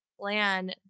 plan